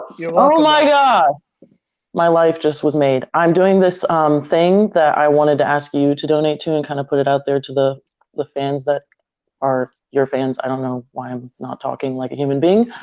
you're welcome. oh my gosh. ah my life just was made, i'm doing this thing that i wanted to ask you to donate to and kind of put it out there to the the fans that are your fans, i don't know why i'm not talking like a human being.